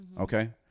okay